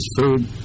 food